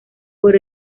por